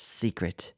secret